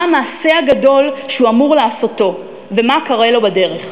מה המעשה הגדול שהוא אמור לעשותו ומה קורה לו בדרך.